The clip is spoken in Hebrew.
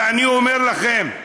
ואני אומר לכם: